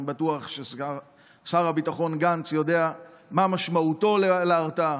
אני בטוח ששר הביטחון גנץ יודע מה משמעותו להרתעה.